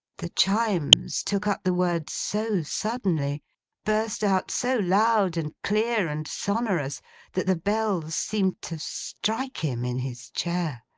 the chimes took up the words so suddenly burst out so loud, and clear, and sonorous that the bells seemed to strike him in his chair.